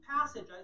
passage